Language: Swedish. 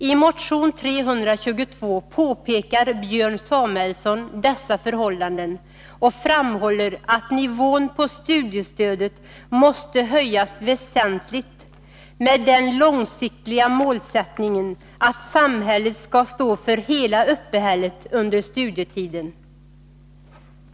I motion 322 påpekar Björn Samuelson dessa förhållanden och framhåller att nivån på studiestödet måste höjas väsentligt, med den långsiktiga målsättningen att samhället skall stå för hela uppehället under studietiden.